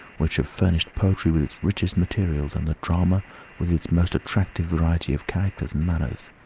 which have furnished poetry with its richest materials, and the drama with its most attractive variety of characters and manners.